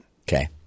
Okay